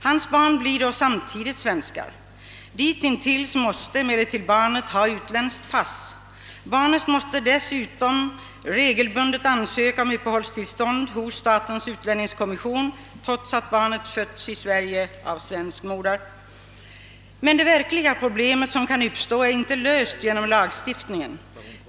Hans barn blir då samtidigt svenskar. Ditintills måste emellertid barnet ha utländskt pass. Barnet måste dessutom regelbundet ansöka om uppehållstillstånd hos statens utlänningskommission, trots att barnet är fött i Sverige av svensk moder. Men det verkliga problemet som kan uppkomma är inte löst genom lagstiftningen.